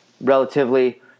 relatively